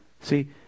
See